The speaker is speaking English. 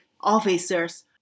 officers